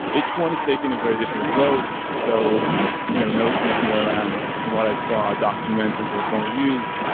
each one is taking a very different approach. so you know notion is more around from what i saw, documents and personal use.